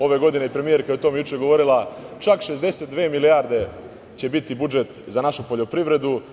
Ove godine, o tome je premijerka juče govorila, čak 62 milijarde će biti budžet za našu poljoprivredu.